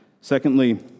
Secondly